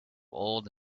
old